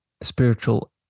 spiritual